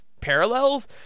parallels